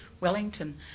Wellington